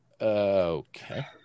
Okay